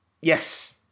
Yes